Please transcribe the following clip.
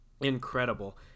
incredible